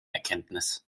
erkenntnis